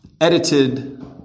edited